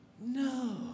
no